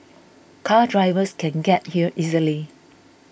car drivers can get here easily